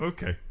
Okay